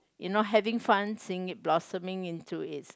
you know having fun seeing it blossoming into its